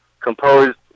composed